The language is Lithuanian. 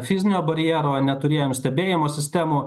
fizinio barjero neturėjom stebėjimo sistemų